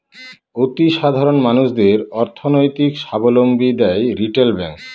অতি সাধারণ মানুষদের অর্থনৈতিক সাবলম্বী দেয় রিটেল ব্যাঙ্ক